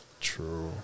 True